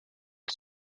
the